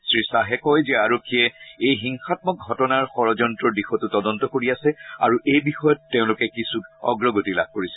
শ্ৰীখাহে কয় যে আৰক্ষীয়ে এই হিংসাম্মক ঘটনাৰ যড়্যন্তৰ দিশতো তদন্ত কৰি আছে আৰু এই বিষয়ত তেওঁলোকে কিছু অগ্ৰগতি লাভ কৰিছে